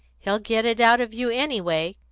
he'll get it out of you anyway.